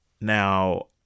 Now